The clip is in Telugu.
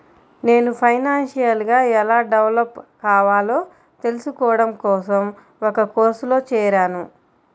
నేను ఫైనాన్షియల్ గా ఎలా డెవలప్ కావాలో తెల్సుకోడం కోసం ఒక కోర్సులో జేరాను